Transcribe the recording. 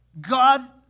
God